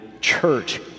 church